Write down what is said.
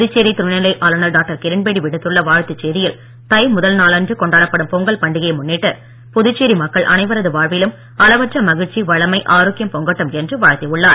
புதுச்சேரி துணைநிலை ஆளுநர் டாக்டர் கிரண்பேடி விடுத்துள்ள வாழ்த்துச் செய்தியில் தை முதல் நாளன்று கொண்டாடப்படும் பொங்கல் பண்டிகையை முன்னிட்டு புதுச்சேரி மக்கள் அனைவரது வாழ்விலும் அளவற்ற மகிழ்ச்சி வளமை ஆரோக்கியம் பொங்கட்டும் என்று வாழ்த்தியுள்ளார்